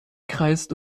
kreist